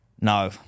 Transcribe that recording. no